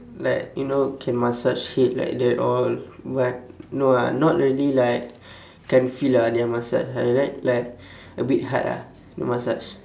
like you know can massage head like that all but no ah not really like can feel ah their massage I like like a bit hard ah the massage